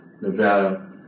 Nevada